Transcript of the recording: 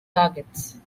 targets